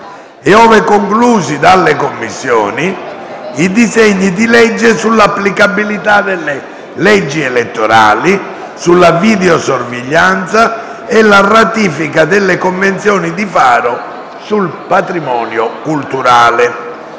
- ove conclusi dalle Commissioni - i disegni di legge sull'applicabilità delle leggi elettorali, sulla videosorveglianza e la ratifica della Convenzione di Faro sul patrimonio culturale.